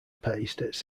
paste